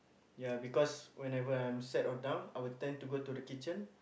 ya because whenever I'm sad or down I will tend to go to the kitchen